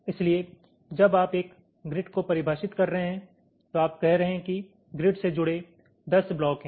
इसलिए जब आप एक ग्रिड को परिभाषित कर रहे हैं तो आप कह रहे हैं कि ग्रिड से जुड़े 10 ब्लॉक हैं